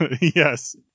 Yes